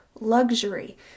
luxury